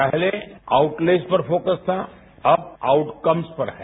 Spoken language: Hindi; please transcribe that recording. पहले आउटलेज पर फोकस था अब आउटकम्स पर है